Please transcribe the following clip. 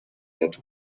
that